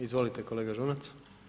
Izvolite kolega Žunac.